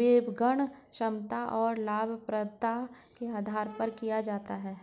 विपणन क्षमता और लाभप्रदता के आधार पर किया जाता है